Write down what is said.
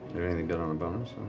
anything good on a bonus?